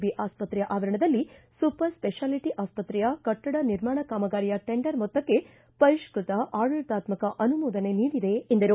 B ಆಸ್ಪತ್ರೆಯ ಆವರಣದಲ್ಲಿ super speciality ಆಸ್ಪತ್ರೆಯ ಕಟ್ಟಡ ನಿರ್ಮಾಣ ಕಾಮಗಾರಿಯ ಟೆಂಡರ್ ಮೊತ್ತಕ್ಷೆ ಪರಿಷ್ಟತ ಆಡಳಿತ್ನಾತಕ ಅನುಮೋದನೆ ನೀಡಿದೆ ಎಂದರು